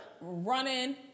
Running